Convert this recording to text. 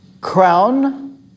Crown